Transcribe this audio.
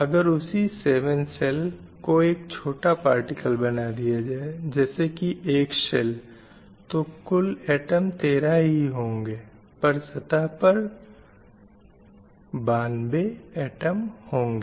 अगर उसी 7 शेल को एक छोटा पार्टिकल बना दिया जाए जैसे की एक शेल तो कुल ऐटम 13 ही होंगे पर सतह पर 92 ऐटम होंगे